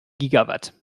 gigawatt